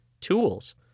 tools